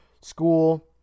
school